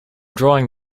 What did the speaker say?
drawing